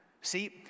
See